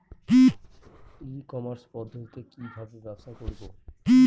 ই commerce পদ্ধতিতে কি ভাবে ব্যবসা করব?